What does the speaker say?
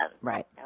Right